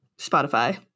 Spotify